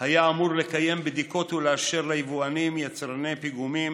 היה אמור לקיים בדיקות ולאשר ליבואנים ויצרני הפיגומים